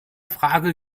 frage